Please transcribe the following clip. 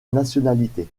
nationalité